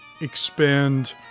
expand